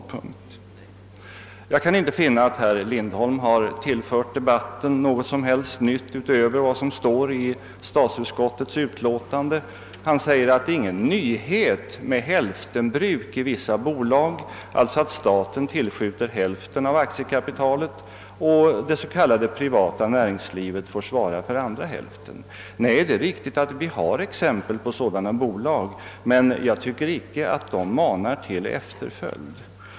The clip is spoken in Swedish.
Jag kan inte finna att herr Lindholm har tillfört debatten något nytt utöver vad som står i statsutskottets utlåtande. Han sade att det inte är någon nyhet med hälftenbruk i vissa bolag — därmed menas alltså att staten tillskjuter hälften av aktiekapitalet och att det s.k. privata näringslivet får svara för andra hälften. Nej, det är riktigt att vi har exempel på sådana bolag, men jag tycker inte att de manar till efterföljd.